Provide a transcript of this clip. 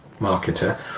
marketer